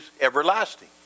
everlasting